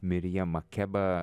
mirijem makeba